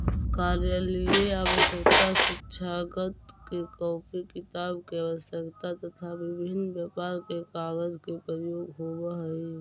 कार्यालयीय आवश्यकता, शिक्षाजगत में कॉपी किताब के आवश्यकता, तथा विभिन्न व्यापार में कागज के प्रयोग होवऽ हई